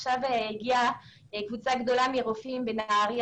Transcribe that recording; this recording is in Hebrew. עכשיו הגיעה קבוצה גדולה של רופאים שנמצאת בנהריה